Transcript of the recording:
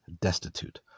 destitute